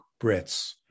Brits